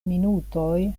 minutoj